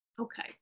Okay